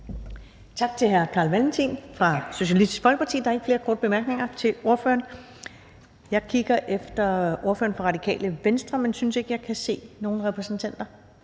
Tak til hr. Carl Valentin fra Socialistisk Folkeparti. Der er ikke flere korte bemærkninger til ordføreren. Jeg kigger efter ordføreren for Radikale Venstre, men synes ikke, jeg kan se nogen repræsentanter